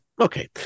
Okay